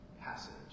passage